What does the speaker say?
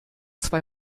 zwei